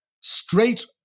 straight